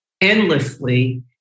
endlessly